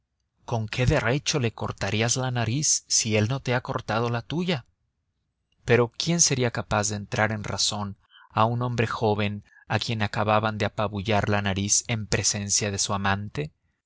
con qué derecho le cortarías la nariz si él no te ha cortado la tuya pero quién sería capaz de hacer entrar en razón a un hombre joven a quien acaban de apabullar la nariz en presencia de su amante